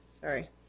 sorry